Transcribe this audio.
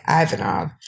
Ivanov